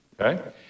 okay